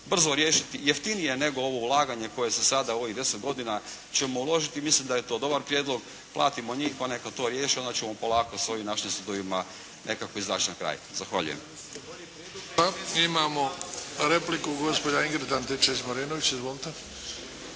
brzo riješiti, jeftinije nego ovo ulaganje koje se sada u ovih deset godina ćemo uložiti. Mislim da je to dobar prijedlog. Platimo njih pa neka oni to riješe. Onda ćemo polako s ovim našim sudovima nekako izaći na kraj. Zahvaljujem. **Bebić, Luka (HDZ)** Hvala. Imamo repliku gospođa Ingrid Antičević Marinović. Izvolite.